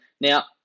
Now